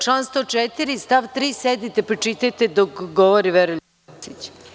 Član 104. stav 3. sedite pročitajte dok govori Veroljub Arsić.